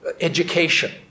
education